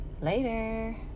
later